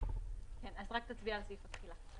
רק תצביע על סעיף התחילה.